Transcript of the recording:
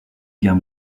guerre